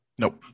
nope